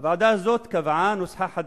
הוועדה הזאת קבעה נוסחה חדשה,